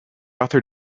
author